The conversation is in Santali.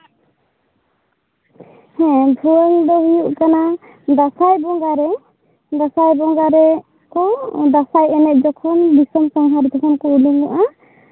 ᱦᱮᱸ ᱵᱷᱩᱣᱟᱹᱝ ᱫᱚ ᱦᱩᱭᱩᱜ ᱠᱟᱱᱟ ᱫᱟᱸᱥᱟᱭ ᱵᱚᱸᱜᱟᱨᱮ ᱫᱟᱸᱥᱟᱭ ᱵᱚᱸᱜᱟᱨᱮ ᱠᱚ ᱫᱟᱸᱥᱟᱭ ᱮᱱᱮᱡ ᱡᱚᱠᱷᱚᱱ ᱫᱤᱥᱚᱢ ᱥᱟᱸᱜᱷᱟᱨ ᱡᱚᱠᱷᱚᱱ ᱠᱚ ᱩᱰᱩᱠᱚᱜᱼᱟ